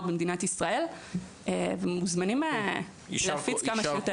במדינת ישראל ומוזמנים להפיץ כמה שיותר.